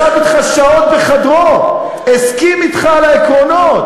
ישב אתך שעות בחדרו, הסכים אתך על העקרונות.